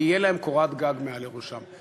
ותהיה להם קורת גג מעל לראשם.